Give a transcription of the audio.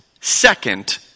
second